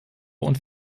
und